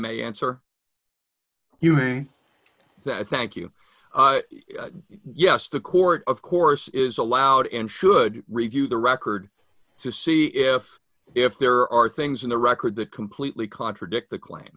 may answer you mean thank you yes the court of course is allowed and should review the record to see if if there are things in the record the completely contradict the claim